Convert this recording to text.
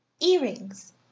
earrings